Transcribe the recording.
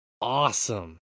awesome